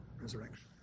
resurrection